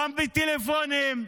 גם בטלפונים,